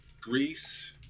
Greece